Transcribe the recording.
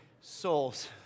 soul's